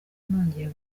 nongeye